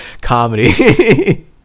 Comedy